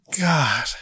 God